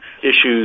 issues